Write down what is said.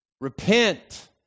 Repent